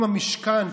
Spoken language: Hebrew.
אם המשכן,